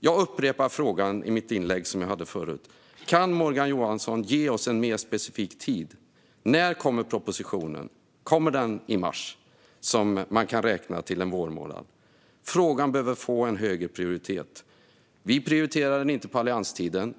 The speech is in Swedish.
Jag upprepar frågan som jag ställde i mitt tidigare inlägg: Kan Morgan Johansson ge oss en mer specifik tidpunkt? När kommer propositionen? Kommer den i mars, som man kan räkna som en vårmånad? Frågan behöver få en högre prioritet. Vi prioriterade den inte på allianstiden.